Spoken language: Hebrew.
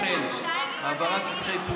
באו אליך הביתה,